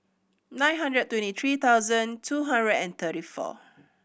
nine hundred twenty tree thousand two hundred and thirty four